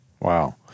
Wow